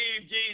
Jesus